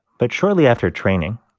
but shortly after training,